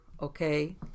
okay